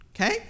okay